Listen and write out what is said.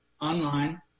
online